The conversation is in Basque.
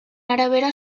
arabera